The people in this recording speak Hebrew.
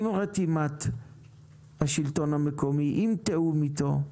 עם רתימת השלטון המקומי, עם תיאום איתו?